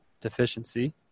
deficiency